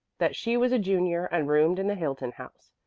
that she was a junior and roomed in the hilton house,